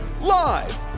Live